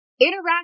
Interact